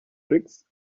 tricks